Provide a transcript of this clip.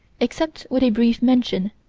except with a brief mention,